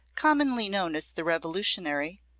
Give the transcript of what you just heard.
commonly known as the revolutionary,